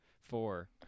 four